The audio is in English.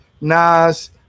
Nas